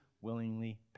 willingly